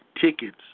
tickets